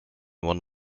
one